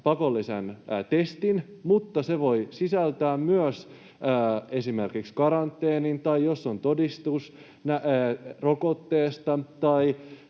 pakollisen testin, mutta se voi sisältää myös esimerkiksi karanteenin, tai voi olla todistus rokotteesta.